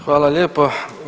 Hvala lijepa.